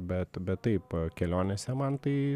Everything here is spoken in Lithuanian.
bet bet taip kelionėse man tai